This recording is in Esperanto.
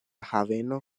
haveno